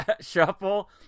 Shuffle